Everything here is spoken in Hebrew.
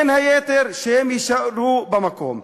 בין היתר שהם יישארו במקום.